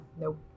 Nope